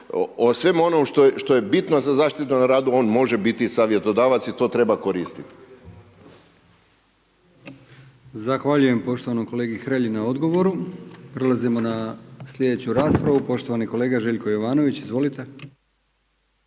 svemu onome što je bitno za zaštitu na radu, on može biti savjetodavac i to treba koristiti. **Brkić, Milijan (HDZ)** Zahvaljujem poštovanom kolegi Hrelji na odgovoru. Prelazimo na sljedeću raspravu, poštovani kolega Željko Jovanović, izvolite.